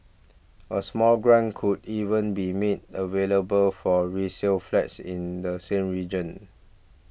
a small grant could even be made available for resale flats in the same region